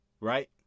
right